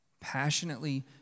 Passionately